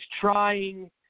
trying